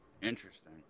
interesting